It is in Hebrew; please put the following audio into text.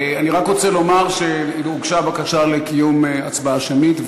אני רק רוצה לומר שהוגשה בקשה לקיום הצבעה שמית,